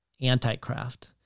anti-craft